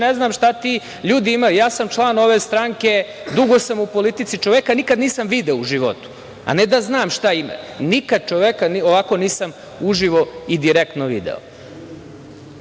ne znam šta ti ljudi imaju. Ja sam član ove stranke, dugo sam u politici, čoveka nikad u životu nisam video, a ne da znam šta ima. Nikad čoveka nisam uživo i direktno video.